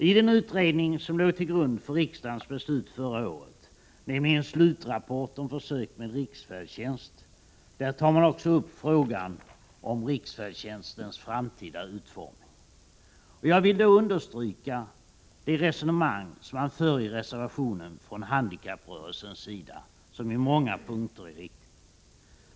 I den utredning som låg till grund för riksdagens beslut förra året, nämligen slutrapport om försöket med riksfärdtjänst, tas också upp frågan om riksfärdtjänstens framtida utformning. Jag vill då understryka att det resonemang som man för i reservationen från handikapprörelsens sida i många punkter är riktigt.